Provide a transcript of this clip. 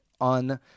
on